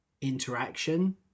interaction